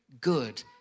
good